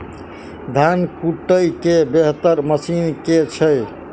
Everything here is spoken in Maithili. धान कुटय केँ बेहतर मशीन केँ छै?